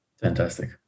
fantastic